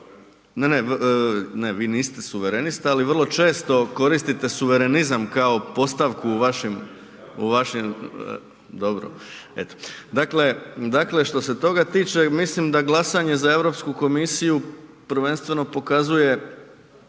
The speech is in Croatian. ne, ne vi niste suverenist ali vrlo često koristite suverenizam kao postavku u vašim, u vašim, dobro, eto. Dakle, što se toga tiče mislim da glasanje za Europsku komisiju prvenstveno pokazuje